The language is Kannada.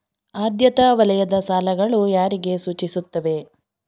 ಆದ್ಯತಾ ವಲಯದ ಸಾಲಗಳು ಯಾರಿಗೆ ಸೂಚಿಸುತ್ತವೆ?